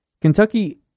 Kentucky